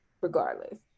regardless